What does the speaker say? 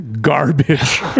garbage